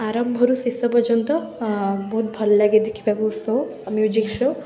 ଆରମ୍ଭରୁ ଶେଷ ପର୍ଯ୍ୟନ୍ତ ବହୁତ ଭଲଲାଗେ ଦେଖିବାକୁ ଶୋ ଆଉ ମ୍ୟୁଜିକ୍ ଶୋ